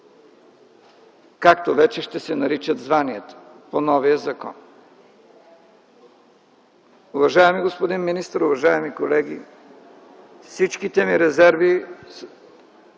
както вече ще се наричат званията по новия закон. Уважаеми господин министър, уважаеми колеги, всичките ми резерви